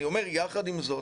יחד עם זאת,